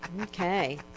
okay